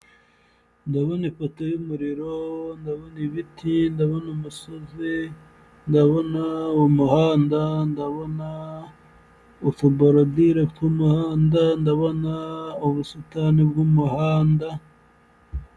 Ndabona ipoto y'umuriro, ndabona ibiti, ndabona umusozi, ndabona umuhanda, ndabona utuborodire tw'umuhanda, ndabona ubusitani bw'umuhanda.